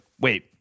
wait